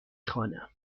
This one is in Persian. خوانم